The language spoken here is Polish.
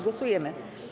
Głosujemy.